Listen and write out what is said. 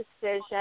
decision